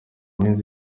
minsi